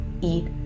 eat